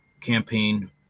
campaign